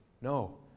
No